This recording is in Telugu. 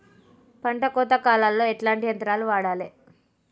పంట కోత కాలాల్లో ఎట్లాంటి యంత్రాలు వాడాలే?